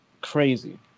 crazy